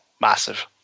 massive